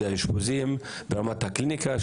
שזה האשפוזים ברמת הקליניקה,